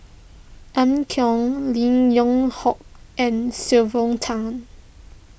Amy Khor Lim Yew Hock and Sylvia Tan